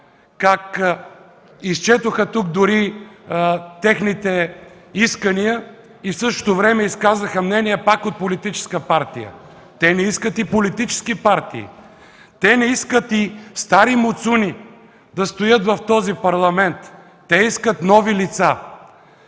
някои изчетоха техните искания и в същото време изказаха мнение от политическа партия. Те не искат политически партии. Те не искат и стари муцуни да стоят в този Парламент. Те искат нови лица.